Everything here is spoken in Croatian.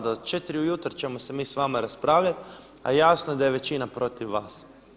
Do četiri ujutro ćemo se mi s vama raspravljati, a jasno je da je većina protiv vas.